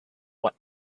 what